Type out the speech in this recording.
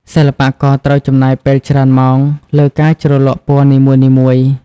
សិល្បករត្រូវចំណាយពេលច្រើនម៉ោងលើការជ្រលក់ពណ៌នីមួយៗ។